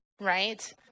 right